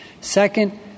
Second